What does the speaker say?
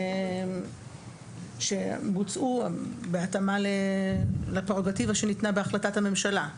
שבוצעו בהתאמה לפררוגטיבה שניתנה בהחלטת הממשלה.